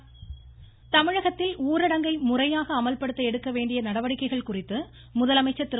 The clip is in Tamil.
ஸ்டாலின் தமிழகத்தில் ஊரடங்கை முறையாக அமல்படுத்த எடுக்கவேண்டிய நடவடிக்கைகள் குறித்து முதலமைச்சர் திரு